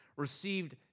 received